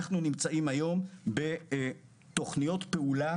אנחנו נמצאים היום בפועל בתוכניות פעולה,